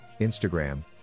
Instagram